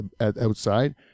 outside